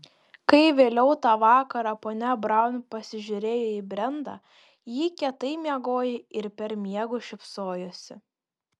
kai vėliau tą vakarą ponia braun pasižiūrėjo į brendą ji kietai miegojo ir per miegus šypsojosi